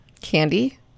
candy